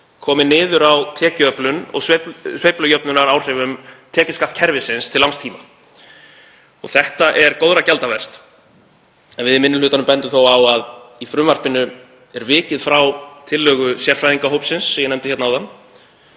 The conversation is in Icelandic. komi niður á tekjuöflun og sveiflujöfnunaráhrifum tekjuskattskerfisins til langs tíma. Þetta er góðra gjalda vert en við í minni hlutanum bendum þó á að í frumvarpinu er vikið frá tillögu sérfræðingahópsins sem ég nefndi áðan